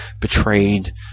betrayed